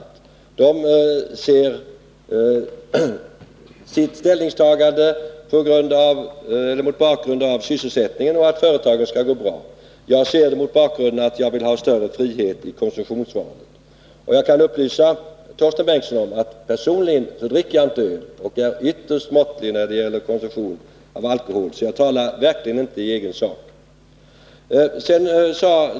Bryggarna ser sitt ställningstagande mot bakgrund av att sysselsättningen skall bibehållas och att företagen skall gå bra. Jag ser det mot bakgrund av att jag vill ha större frihet i konsumtionsvalet. Jag kan upplysa Torsten Bengtson om att jag personligen inte dricker öl och är ytterst måttlig när det gäller konsumtion av alkohol, så jag talar verkligen inte i egen sak.